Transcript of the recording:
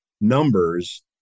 numbers